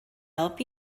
help